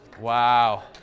Wow